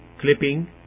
Clipping